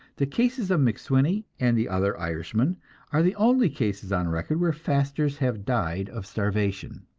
the cases of macswiney and the other irishman are the only cases on record where fasters have died of starvation.